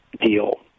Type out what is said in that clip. deal